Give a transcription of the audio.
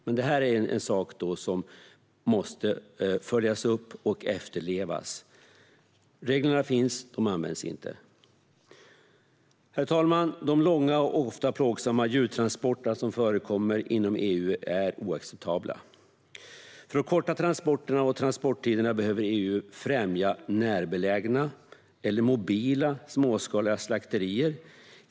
Men förbudet måste alltså följas upp och efterlevas. Reglerna finns, men de används inte. Herr talman! De långa och ofta plågsamma djurtransporter som förekommer inom EU är oacceptabla. För att korta transporterna och transporttiderna behöver EU främja närbelägna eller mobila småskaliga slakterier.